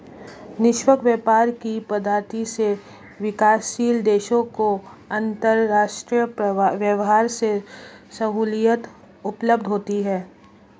निष्पक्ष व्यापार की पद्धति से विकासशील देशों को अंतरराष्ट्रीय व्यापार में सहूलियत उपलब्ध होती है